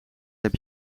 heb